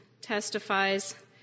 testifies